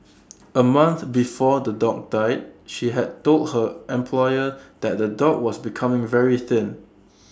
A month before the dog died she had told her employer that the dog was becoming very thin